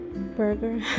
burger